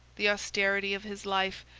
the austerity of his life,